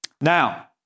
Now